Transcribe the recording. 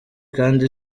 kandi